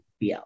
bl